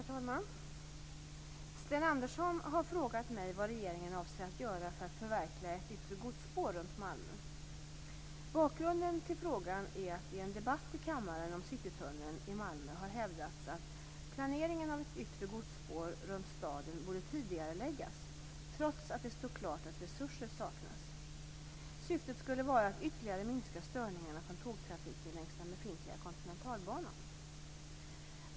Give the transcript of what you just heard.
Herr talman! Sten Andersson har frågat mig vad regeringen avser att göra för att förverkliga ett yttre godsspår runt Malmö. Bakgrunden till frågan är att det i en debatt i kammaren om Citytunneln i Malmö har hävdats att planeringen av ett yttre godsspår runt staden borde tidigareläggas trots att det står klart att resurser saknas. Syftet skulle vara att ytterligare minska störningarna från tågtrafiken längs den befintliga Kontinentalbanan.